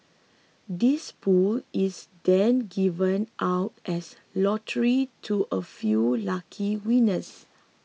this pool is then given out as lottery to a few lucky winners